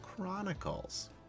Chronicles